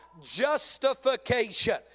Justification